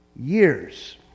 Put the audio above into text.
years